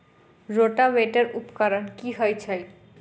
Rotavator उपकरण की हएत अछि?